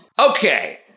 Okay